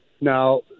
Now